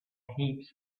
heaps